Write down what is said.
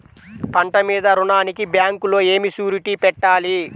పంట మీద రుణానికి బ్యాంకులో ఏమి షూరిటీ పెట్టాలి?